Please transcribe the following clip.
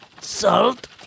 salt